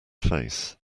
face